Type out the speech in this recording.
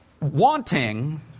wanting